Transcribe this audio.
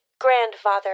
Grandfather